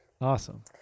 awesome